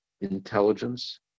intelligence